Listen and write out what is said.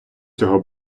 цього